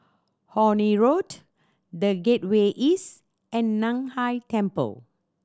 Horne Road The Gateway East and Nan Hai Temple